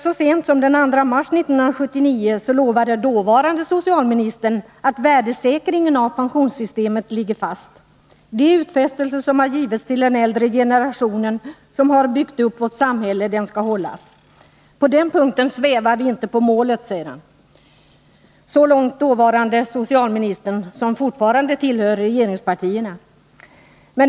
Så sent som den 2 mars 1979 lovade den dåvarande socialministern ”att värdesäkringen av pensionssystemet ligger fast. De utfästelser som har givits till den äldre generationen, som har byggt upp vårt samhälle, skall hållas. På den punkten svävar vi inte på målet.” Så långt den dåvarande socialministern som fortfarande tillhör regeringspartierna.